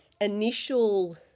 initial